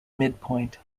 midpoint